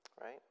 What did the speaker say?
Right